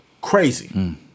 crazy